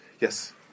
yes